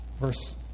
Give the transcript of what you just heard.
Verse